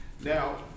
Now